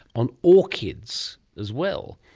on orchids as well,